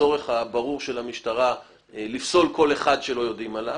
בין הצורך הברור של המשטרה לפסול כל אחד שלא יודעים עליו,